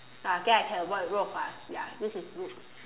ah I think I can work with Rou-Fan ya this is good